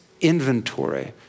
inventory